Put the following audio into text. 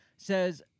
Says